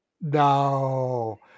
No